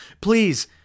Please